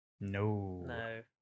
No